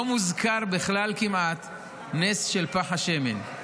לא מוזכר בכלל נס של פך השמן.